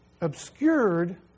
obscured